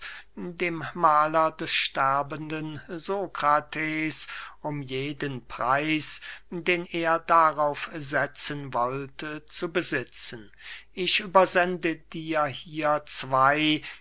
dem mahler des sterbenden sokrates um jeden preis den er darauf setzen wollte zu besitzen ich übersende dir hier zwey